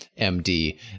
MD